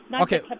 Okay